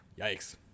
Yikes